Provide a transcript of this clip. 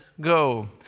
go